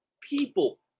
people